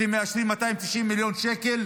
אתם מאשרים 290 מיליון שקל,